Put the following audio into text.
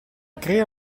crea